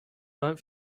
vote